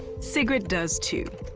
sigrid does too.